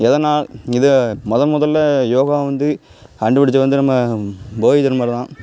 எதனால் இதை மொதல் மொதலில் யோகா வந்து கண்டுபிடிச்சவர் வந்து நம்ம போதிதர்மர் தான்